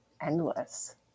endless